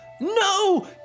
No